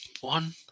One